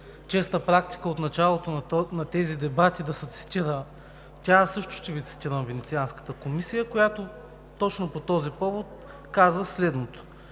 честа практика от началото на тези дебати да се цитира. Аз също ще Ви цитирам Венецианската комисия, която точно по този повод казва следното: